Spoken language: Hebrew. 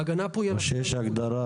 ההגנה פה היא --- או שיש הגדרה